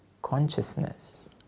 consciousness